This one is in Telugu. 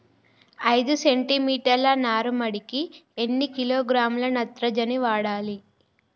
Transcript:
ఐదు సెంటి మీటర్ల నారుమడికి ఎన్ని కిలోగ్రాముల నత్రజని వాడాలి?